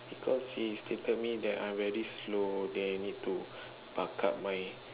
cause she stated me that I very slow then need to buck up my